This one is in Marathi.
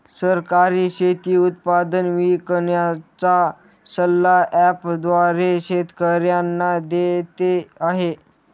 सरकार शेती उत्पादन विकण्याचा सल्ला ॲप द्वारे शेतकऱ्यांना देते आहे